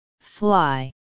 fly